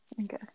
okay